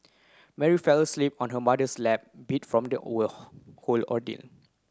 Mary fell asleep on her mother's lap beat from the whole ordeal